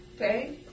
okay